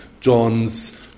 John's